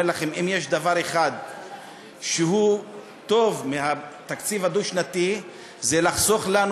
לכם: אם יש דבר אחד טוב בתקציב הדו-שנתי זה שהוא חוסך לנו